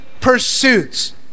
pursuits